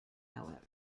however